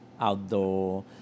outdoor